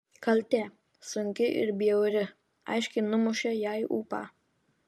kaltė sunki ir bjauri aiškiai numušė jai ūpą